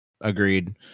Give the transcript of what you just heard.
agreed